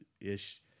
ish